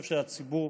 ט"ז בכסלו התשפ"א (2 בדצמבר 2020)